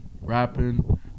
rapping